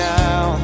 now